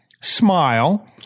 smile